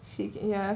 sick ya